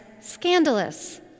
scandalous